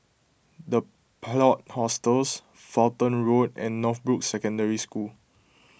the Plot Hostels Fulton Road and Northbrooks Secondary School